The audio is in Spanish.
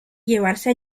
llevarse